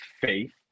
faith